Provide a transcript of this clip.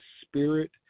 spirit